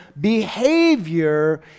behavior